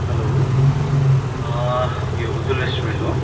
hello यो Ujjwal restaurant हो